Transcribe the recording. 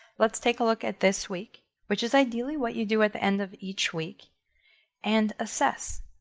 let's take a look at this week, which is ideally what you do at the end of each week and assess,